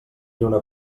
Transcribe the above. lluna